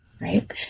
right